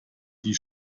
die